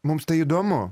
mums tai įdomu